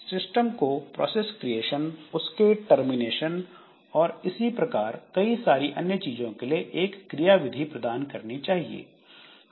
system को process creation उसके termination और इसी प्रकार कई सारी अन्य चीजों के लिए एक क्रिया विधि प्रदान करनी चाहिए